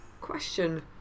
question